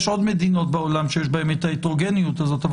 יש עוד מדינות בעולם שיש בהן את ההטרוגניות הזאת אבל